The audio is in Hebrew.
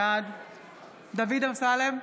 בעד דוד אמסלם,